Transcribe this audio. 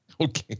Okay